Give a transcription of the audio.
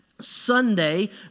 Sunday